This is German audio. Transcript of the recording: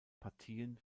partien